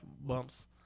bumps